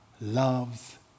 loves